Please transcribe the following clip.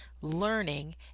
learning